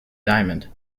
diamond